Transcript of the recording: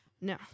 No